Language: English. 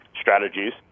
strategies